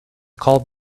called